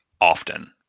often